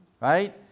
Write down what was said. right